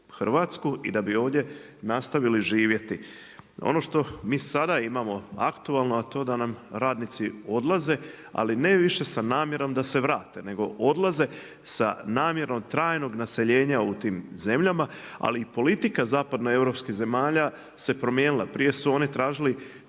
Hrvatsku i da bi ovdje nastavili živjeti. Ono što mi sada imamo aktualno, a to da nam radnici odlaze ali ne više sa namjerom da se vrate, nego odlaze sa namjerom trajnog naseljenja u tim zemljama. Ali politika zapadnoeuropskih zemalja se promijenila, prije su oni tražili